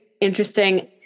Interesting